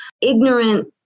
ignorant